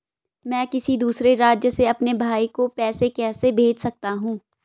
मैं किसी दूसरे राज्य से अपने भाई को पैसे कैसे भेज सकता हूं?